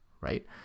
right